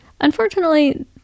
Unfortunately